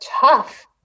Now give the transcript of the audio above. tough